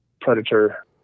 predator